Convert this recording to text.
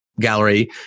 gallery